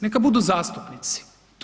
Neka budu zastupnici.